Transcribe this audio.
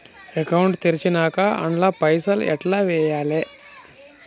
Account తెరిచినాక అండ్ల పైసల్ ఎట్ల వేయాలే?